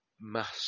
mass